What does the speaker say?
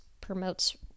promotes